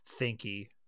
thinky